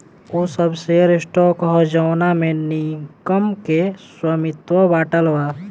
उ सब share stock ह जवना में निगम के स्वामित्व बाटल बा